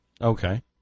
Okay